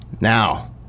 now –